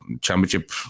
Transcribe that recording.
championship